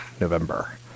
November